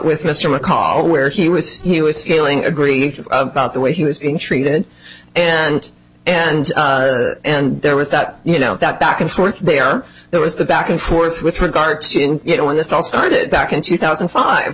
with mr mccall where he was he was feeling aggrieved about the way he was being treated and and and there was that you know that back and forth they are there was the back and forth with regard to you know when this all started back in two thousand